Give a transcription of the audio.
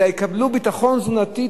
אלא יקבלו ביטחון תזונתי,